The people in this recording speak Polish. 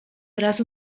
razu